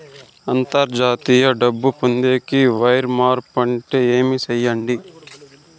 అంతర్జాతీయ డబ్బు పొందేకి, వైర్ మార్పు అంటే ఏమి? సెప్పండి?